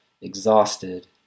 exhausted